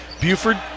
Buford